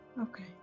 Okay